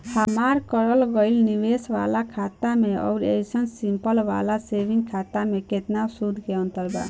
हमार करल गएल निवेश वाला खाता मे आउर ऐसे सिंपल वाला सेविंग खाता मे केतना सूद के अंतर बा?